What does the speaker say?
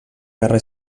guerra